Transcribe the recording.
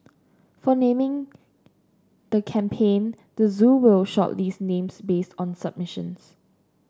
for naming the campaign the zoo will shortlist names based on submissions